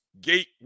gate –